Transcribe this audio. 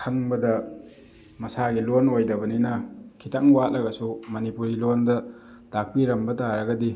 ꯈꯪꯕꯗ ꯃꯁꯥꯒꯤ ꯂꯣꯟ ꯑꯣꯏꯗꯕꯅꯤꯅ ꯈꯤꯇꯪ ꯋꯥꯠꯂꯒꯁꯨ ꯃꯅꯤꯄꯨꯔꯤ ꯂꯣꯟꯗ ꯇꯥꯛꯄꯤꯔꯝꯕ ꯇꯥꯔꯒꯗꯤ